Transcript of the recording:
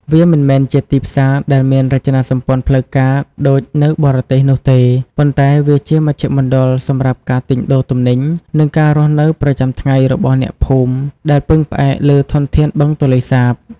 វាមិនមែនជាទីផ្សារដែលមានរចនាសម្ព័ន្ធផ្លូវការដូចនៅបរទេសនោះទេ ប៉ុន្តែវាជាមជ្ឈមណ្ឌលសម្រាប់ការទិញដូរទំនិញ និងការរស់នៅប្រចាំថ្ងៃរបស់អ្នកភូមិដែលពឹងផ្អែកលើធនធានបឹងទន្លេសាប។